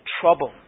trouble